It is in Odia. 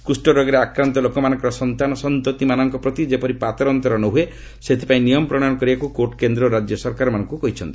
କୁଷ୍ଠରୋଗରେ ଆକ୍ରାନ୍ତ ଲୋକମାନଙ୍କର ସନ୍ତାନସନ୍ତତିମାନଙ୍କ ପ୍ରତି ଯେପରି ପାତର ଅନ୍ତର ନ ହୁଏ ସେଥିପାଇଁ ନିୟମ ପ୍ରଶୟନ କରିବାକୁ କୋର୍ଟ କେନ୍ଦ୍ର ଓ ରାଜ୍ୟ ସରକାରମାନଙ୍କୁ କହିଛନ୍ତି